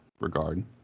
regard